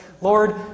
Lord